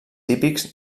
típics